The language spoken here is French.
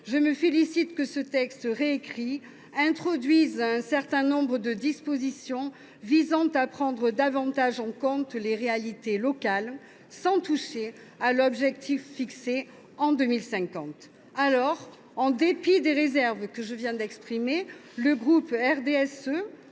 je me félicite que ce texte réécrit introduise un certain nombre de dispositions visant à prendre davantage en compte les réalités locales, sans toucher à l’objectif de zéro artificialisation nette en 2050. Aussi, en dépit des réserves que je viens d’exprimer, les membres